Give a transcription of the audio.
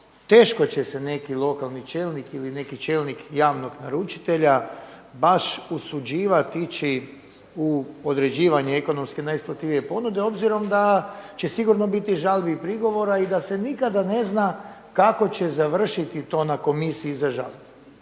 teško će se neki lokalni čelnik ili neki čelnik javnog naručitelja baš usuđivati ići u određivanje ekonomski najisplativije ponude, obzirom da će sigurno biti žalbi i prigovora i da se nikada ne zna kako će završiti to na komisiji za žalbu.